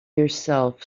yourself